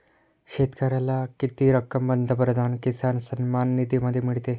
शेतकऱ्याला किती रक्कम पंतप्रधान किसान सन्मान निधीमध्ये मिळते?